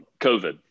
covid